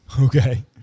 Okay